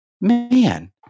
man